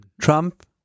Trump